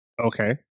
Okay